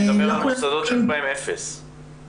אני מדבר על המוסדות שיש בהם אפס תלונות.